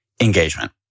engagement